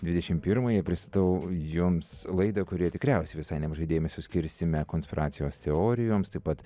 dvidešimt pirmąją pristatau jums laidą kurioje tikriausiai visai nemažai dėmesio skirsime konspiracijos teorijoms taip pat